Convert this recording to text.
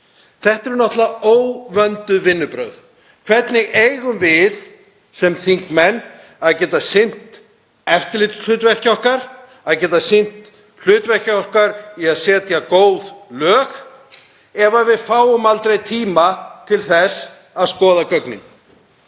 Þetta eru náttúrlega óvönduð vinnubrögð. Hvernig eigum við sem þingmenn að geta sinnt eftirlitshlutverki okkar, að geta sinnt því hlutverki okkar að setja góð lög ef við fáum aldrei tíma til þess að skoða gögnin?